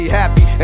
happy